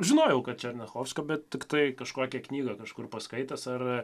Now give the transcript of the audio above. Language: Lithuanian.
žinojau kad černiachovskio bet tiktai kažkokią knygą kažkur paskaitęs ar